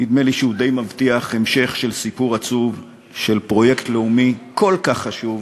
נדמה לי שהיא די מבטיחה המשך של סיפור עצוב של פרויקט לאומי כל כך חשוב,